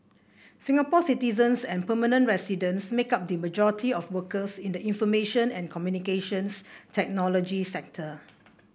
Singapore citizens and permanent residents make up the majority of workers in the information and Communications Technology sector